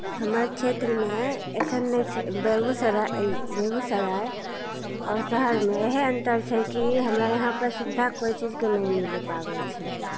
हमर क्षेत्रमे एखन नहि छै बेगूसराय बेगूसराय आओर शहरमे एहन तब छै कि हमरा यहाँपर सुविधा कोइ चीजके नहि मिल पाबै छै